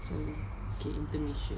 so